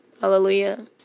Hallelujah